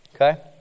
Okay